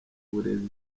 burezi